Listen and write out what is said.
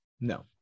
No